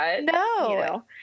No